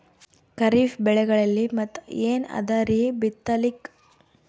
ಖರೀಫ್ ಬೆಳೆಗಳಲ್ಲಿ ಮತ್ ಏನ್ ಅದರೀ ಬಿತ್ತಲಿಕ್?